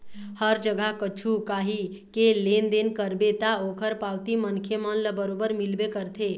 हर जगा कछु काही के लेन देन करबे ता ओखर पावती मनखे मन ल बरोबर मिलबे करथे